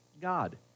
God